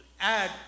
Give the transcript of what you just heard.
add